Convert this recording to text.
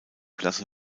klasse